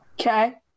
Okay